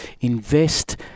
invest